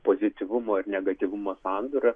pozityvumo ir negatyvumo sandūra